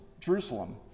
Jerusalem